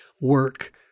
work